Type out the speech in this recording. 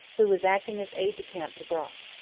who was acting as aide-de-camp to brock.